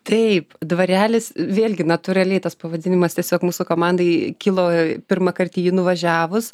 taip dvarelis vėlgi natūraliai tas pavadinimas tiesiog mūsų komandai kilo pirmąkart į jį nuvažiavus